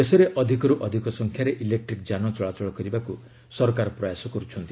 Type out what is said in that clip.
ଦେଶରେ ଅଧିକରୁ ଅଧିକ ସଂଖ୍ୟାରେ ଇଲେକ୍ଟ୍ରିକ୍ ଯାନ ଚଳାଚଳ କରିବାକୁ ସରକାର ପ୍ରୟାସ କରୁଛନ୍ତି